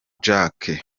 jack